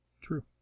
true